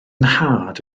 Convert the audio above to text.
nhad